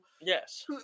yes